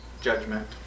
judgment